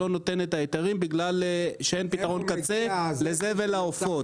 שלא נותן את ההיתרים בגלל שאין פתרון קצה לזה ולעופות.